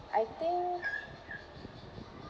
I think